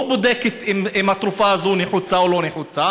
היא לא בודקת אם התרופה הזאת נחוצה או לא נחוצה,